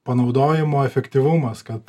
panaudojimo efektyvumas kad